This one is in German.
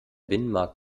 binnenmarkt